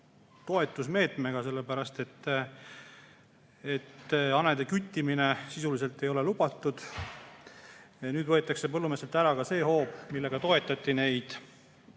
toetusmeetmega, sellepärast et hanede küttimine sisuliselt ei ole lubatud. Nüüd võetakse põllumeestelt ära ka see hoob, millega toetati neid,